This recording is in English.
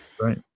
Right